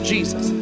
Jesus